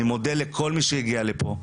אני מודה לכל מי שהגיע לפה.